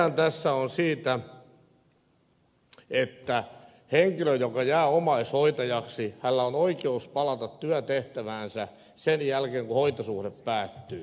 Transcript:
kysehän tässä on siitä että henkilöllä joka jää omaishoitajaksi on oikeus palata työtehtäväänsä sen jälkeen kun hoitosuhde päättyy